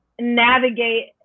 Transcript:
navigate